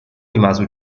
rimase